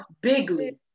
bigly